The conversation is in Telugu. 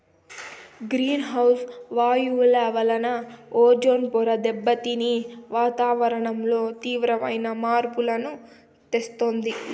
గ్రీన్ హౌస్ వాయువుల వలన ఓజోన్ పొర దెబ్బతిని వాతావరణంలో తీవ్రమైన మార్పులను తెస్తుంది